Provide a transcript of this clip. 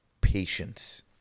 patience